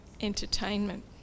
entertainment